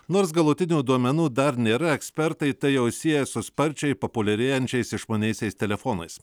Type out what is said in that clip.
nors galutinių duomenų dar nėra ekspertai tai jau sieja su sparčiai populiarėjančiais išmaniaisiais telefonais